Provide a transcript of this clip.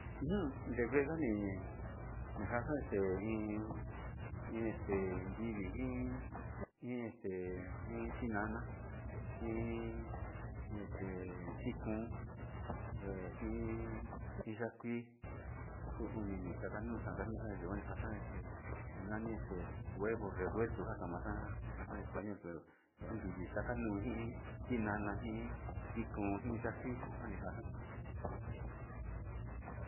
Ujun nivengani nijaxta este, iin iin este nrivi njin iin estde iin tinana iin iin este tikon, he jin iin ya'a kuii uu oni ni xakanu xakanu nayo'o yikan este ena'a este huevos revueltos njan kuan xa'an ajan español pero ho nrivi xaka no njin no tinana njin ikon iin ya'a kuii xanijan xan.